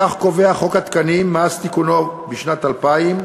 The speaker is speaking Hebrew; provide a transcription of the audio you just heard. כך קובע חוק התקנים מאז תיקונו בשנת 2000,